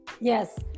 yes